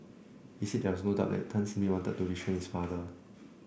he said there was no doubt that Tan simply wanted to restrain his father